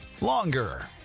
longer